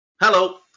Hello